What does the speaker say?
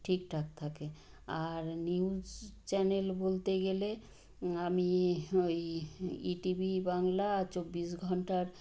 ঠিকঠাক থাকে আর নিউজ চ্যানেল বলতে গেলে আমি ওই ইটিভি বাংলা আর চব্বিশ ঘণ্টার